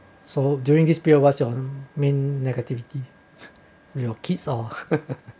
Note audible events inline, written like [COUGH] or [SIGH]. so during this period what's your main negativity your kids or [LAUGHS]